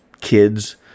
kids